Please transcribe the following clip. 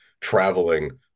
traveling